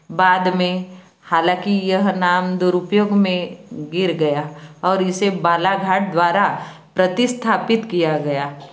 बाद में हालाँकि यह नाम दूरुपयोग में गिर गया और इसे बालाघाट द्वारा प्रतिस्थापित किया गया